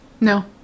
No